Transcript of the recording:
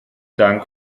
dank